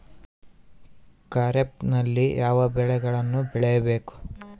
ಖಾರೇಫ್ ನಲ್ಲಿ ಯಾವ ಬೆಳೆಗಳನ್ನು ಬೆಳಿಬೇಕು?